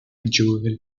joel